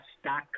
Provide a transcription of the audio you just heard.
stock